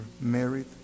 married